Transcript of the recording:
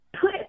put